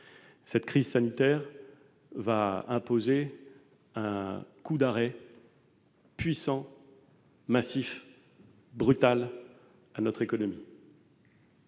Cette crise va porter un coup d'arrêt puissant, massif et brutal à notre économie